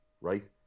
right